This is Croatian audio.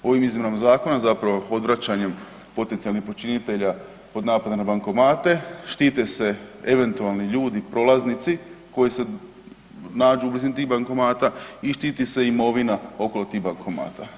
Ovim izmjenama zakona zapravo odvraćanjem potencijalnih počinitelja od napada na bankomate, štite se eventualni ljudi prolaznici koji se nađu u blizini tih bankomata i štiti se imovina oko tih bankomata.